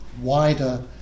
wider